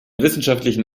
wissenschaftlichen